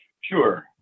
Sure